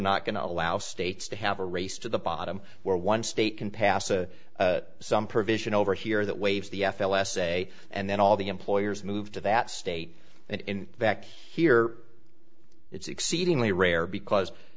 not going to allow states to have a race to the bottom where one state can pass a some provision over here that waves the f l s say and then all the employers move to that state and in fact here it's exceedingly rare because